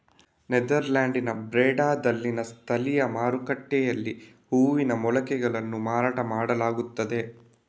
ನೆದರ್ಲ್ಯಾಂಡ್ಸಿನ ಬ್ರೆಡಾದಲ್ಲಿನ ಸ್ಥಳೀಯ ಮಾರುಕಟ್ಟೆಯಲ್ಲಿ ಹೂವಿನ ಮೊಳಕೆಗಳನ್ನು ಮಾರಾಟ ಮಾಡಲಾಗುತ್ತದೆ